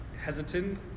hesitant